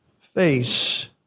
face